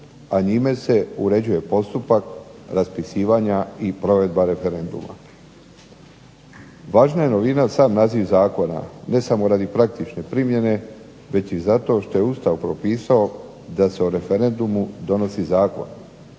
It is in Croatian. a njime se uređuje postupak raspisivanja i provedba referenduma. Važna je novina sam naziv zakona, ne samo radi praktične primjene već i zato što je Ustav propisao da se o referendumu donosi zakon